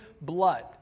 blood